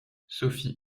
sophie